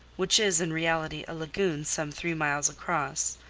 which is in reality a lagoon some three miles across,